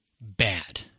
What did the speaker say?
bad